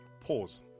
pause